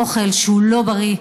אוכל שהוא לא בריא,